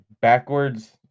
Backwards